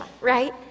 right